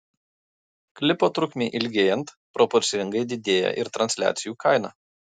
klipo trukmei ilgėjant proporcingai didėja ir transliacijų kaina